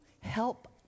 help